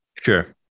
sure